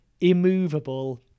immovable